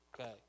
Okay